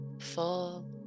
full